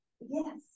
yes